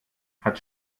hat